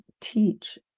teach